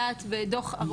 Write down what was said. את השם,